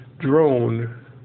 drone